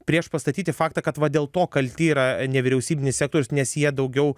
priešpastatyti faktą kad dėl to kalti yra nevyriausybinis sektorius nes jie daugiau